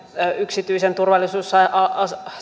yksityisen turvallisuusalan